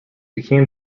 became